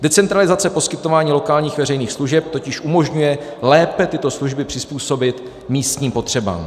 Decentralizace poskytování lokálních veřejných služeb totiž umožňuje lépe tyto služby přizpůsobit místním potřebám.